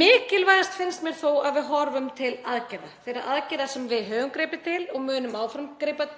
Mikilvægast finnst mér þó að við horfum til aðgerða, þeirra aðgerða sem við höfum gripið til og munum áfram grípa